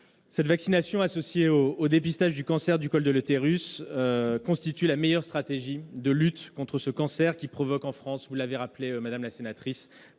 Cette vaccination, associée au dépistage du cancer du col de l'utérus, constitue la meilleure stratégie de lutte contre ce cancer qui provoque en France, vous l'avez rappelé, madame la sénatrice,